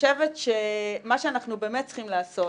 חושבת שמה שאנחנו באמת צריכים לעשות,